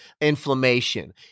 inflammation